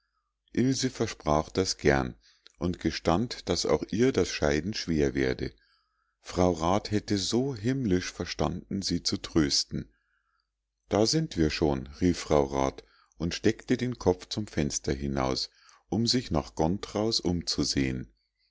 versprach das gern und gestand daß auch ihr das scheiden schwer werde frau rat hätte so himmlisch verstanden sie zu trösten da sind wir schon rief frau rat und steckte den kopf zum fenster hinaus um sich nach gontraus umzusehn